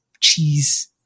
cheese